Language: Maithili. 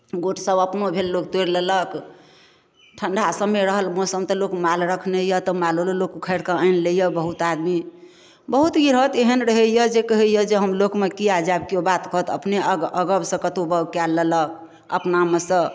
गोट सब अपनो भेल लोक तोड़ि लेलक ठण्डा समय रहल मौसम तऽ लोक माल रखने यऽ तऽ मालो लए लोक उखारि कऽ आनि लै यऽ बहुत आदमी बहुत गिरहत एहन रहैय जे कहैय जे हम लोकमे किएक जायब केओ बात कहत अपने अग अगबसँ कतौ बाओग कए लेलक अपनामे सँ